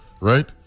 right